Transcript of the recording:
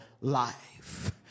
life